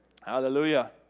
Hallelujah